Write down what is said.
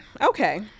Okay